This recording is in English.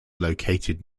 located